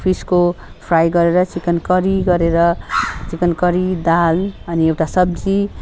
फिसको fry गरेर chicken curry गरेर chicken curry दाल अनि एउटा सब्जी